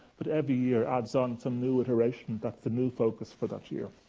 but every year adds on some new iteration that's the new focus for that year.